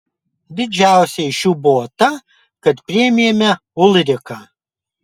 didžiausia iš jų buvo ta kad priėmėme ulriką